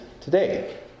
today